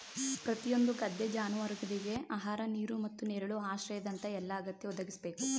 ಪ್ರತಿಯೊಂದು ಗದ್ದೆ ಜಾನುವಾರುವಿಗೆ ಆಹಾರ ನೀರು ಮತ್ತು ನೆರಳು ಆಶ್ರಯದಂತ ಎಲ್ಲಾ ಅಗತ್ಯ ಒದಗಿಸ್ಬೇಕು